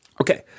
okay